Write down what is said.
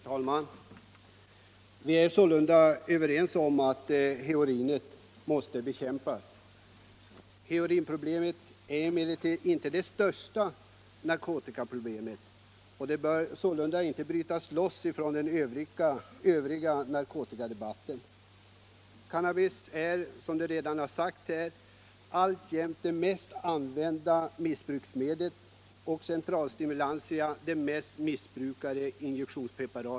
Herr talman! Vi är tydligen överens om att heroinet måste bekämpas. Heroinproblemet är emellertid inte det största narkotikaproblemet och bör således inte brytas loss från den övriga narkotikadebatten. Cannabis är alltjämt, som redan sagts här, det mest använda missbruksmedlet och centralstimulantia de mest missbrukade injektionspreparaten.